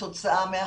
כתוצאה מהחיסונים.